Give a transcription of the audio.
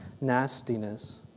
nastiness